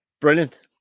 brilliant